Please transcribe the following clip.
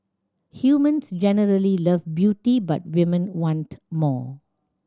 humans generally love beauty but women want more